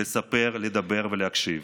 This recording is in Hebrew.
לספר, לדבר ולהקשיב.